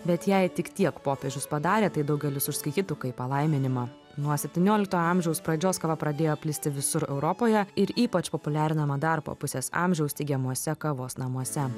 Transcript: bet jei tik tiek popiežius padarė tai daugelis užskaitytų kaip palaiminimą nuo septyniolikto amžiaus pradžios kava pradėjo plisti visur europoje ir ypač populiarinama dar po pusės amžiaus steigiamuose kavos namuose